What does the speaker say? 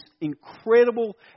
incredible